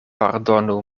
pardonu